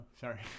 sorry